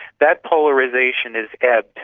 that polarisation has ebbed,